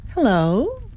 Hello